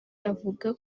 avuga